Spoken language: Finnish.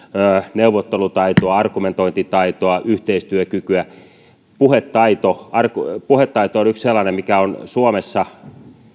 neuvottelutaitoa argumentointitaitoa yhteistyökykyä puhetaito puhetaito on yksi sellainen mikä on suomessa